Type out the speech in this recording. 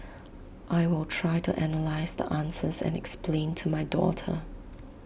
I will try to analyse the answers and explain to my daughter